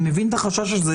אני מבין את החשש הזה.